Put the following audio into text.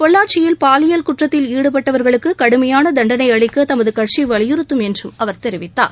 பொள்ளாச்சியில் பாலியல் குற்றத்தில் ஈடுபட்டவர்களுக்கு கடுமையான தண்டனை அளிக்க தமது கட்சி வலியுறுத்தும் என்று அவர் தெரிவித்தார்